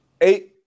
eight